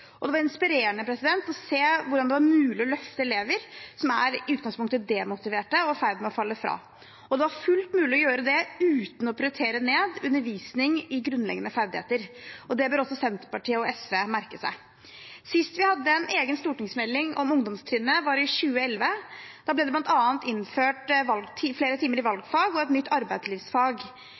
Det var inspirerende å se hvordan det var mulig å løfte elever som i utgangspunktet er demotiverte og i ferd med å falle fra. Det var fullt mulig å gjøre det uten å prioritere ned undervisning i grunnleggende ferdigheter. Det bør også Senterpartiet og SV merke seg. Sist vi hadde en egen stortingsmelding om ungdomstrinnet, var i 2011. Da ble det bl.a. innført flere timer i valgfag og et nytt arbeidslivsfag.